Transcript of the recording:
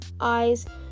eyes